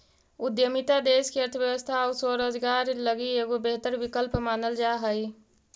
उद्यमिता देश के अर्थव्यवस्था आउ स्वरोजगार लगी एगो बेहतर विकल्प मानल जा हई